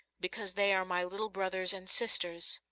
because they are my little brothers and sisters.